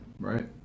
Right